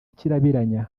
kirabiranya